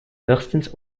höchstens